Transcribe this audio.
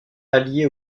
allié